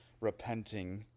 repenting